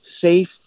safe